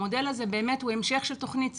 המודל הזה הוא המשך של תוכנית ציל"ה,